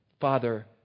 Father